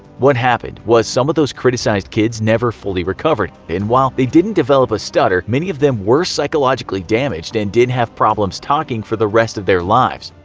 what happened was some of those criticized kids never fully recovered, and while they didn't develop a stutter many of them were psychologically damaged and did have problems talking for the rest of their lives.